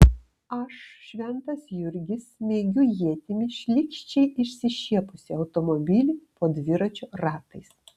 aš šventas jurgis smeigiu ietimi šlykščiai išsišiepusį automobilį po dviračio ratais